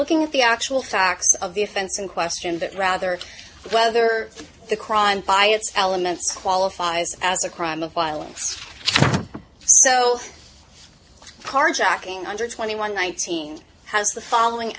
looking at the actual facts of the offense in question but rather whether the crime by its elements qualifies as a crime of violence so far jacking under twenty one nineteen has the following